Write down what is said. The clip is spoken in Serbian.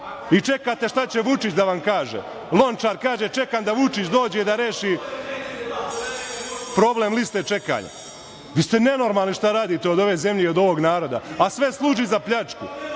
i čekate šta će Vučić da vam kaže. Lončar kaže, čekam da Vučić dođe da reši problem liste čekanja. Vi, ste nenormalni šta radite od ove zemlje i od ovog naroda, a sve služi za pljačku